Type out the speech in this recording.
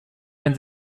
wenn